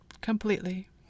completely